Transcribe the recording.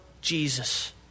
Jesus